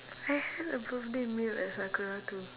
eh a birthday meal at sakura too